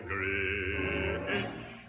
Grinch